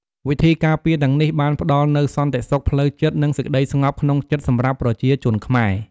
ពិធីការពារទាំងនេះបានផ្តល់នូវសន្តិសុខផ្លូវចិត្ត និងសេចក្តីស្ងប់ក្នុងចិត្តសម្រាប់ប្រជាជនខ្មែរ។